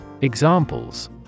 Examples